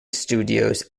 studios